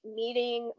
meeting